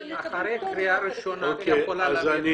--- אחרי קריאה ראשונה את יכולה להביא את ההצעה שלך.